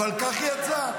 אבל כך יצא.